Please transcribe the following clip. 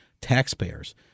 taxpayers